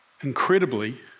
incredibly